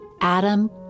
Adam